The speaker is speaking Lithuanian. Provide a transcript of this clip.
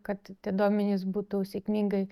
kad tie duomenys būtų sėkmingai